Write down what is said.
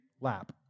lap